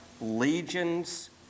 legions